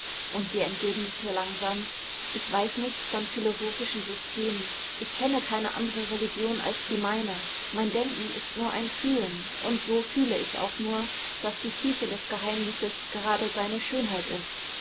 und sie entgegnete langsam ich weiß nichts von philosophischen systemen ich kenne keine andere religion als die meine mein denken ist nur ein fühlen und so fühle ich auch nur daß die tiefe des geheimnisses gerade seine schönheit ist